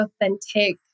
authentic